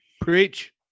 Preach